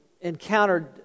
encountered